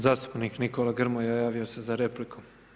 Zastupnik Nikola Grmoja, javio se za repliku.